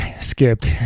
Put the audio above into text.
skipped